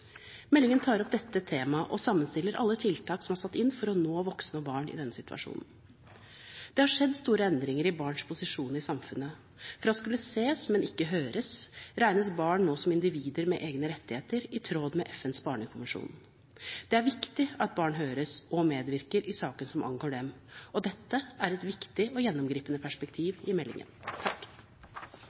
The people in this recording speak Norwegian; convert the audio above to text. Meldingen tar opp dette temaet og sammenstiller alle tiltak som er satt inn for å nå voksne og barn i denne situasjonen. Det har skjedd store endringer i barns posisjon i samfunnet. Fra å skulle ses, men ikke høres, regnes barn nå som individer med egne rettigheter, i tråd med FNs barnekonvensjon. Det er viktig at barn høres og medvirker i saker som angår dem. Dette er et viktig og gjennomgripende perspektiv i meldingen.